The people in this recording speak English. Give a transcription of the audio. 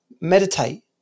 meditate